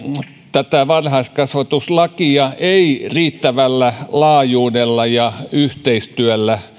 tätä varhaiskasvatuslakia ei riittävällä laajuudella ja yhteistyöllä